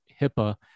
hipaa